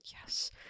Yes